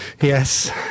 Yes